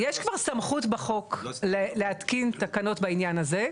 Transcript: יש כבר סמכות בחוק להתקין תקנות בעניין הזה.